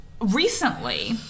Recently